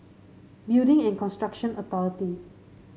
Building and Construction Authority